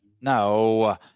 No